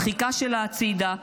דחיקה שלה הצידה,